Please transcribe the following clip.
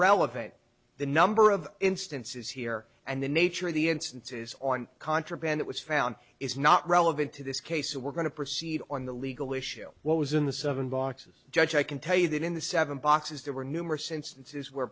relevant the number of instances here and the nature of the instances on contraband it was found is not relevant to this case we're going to proceed on the legal issue what was in the seven boxes judge i can tell you that in the seven boxes there were numerous instances where